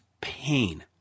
pain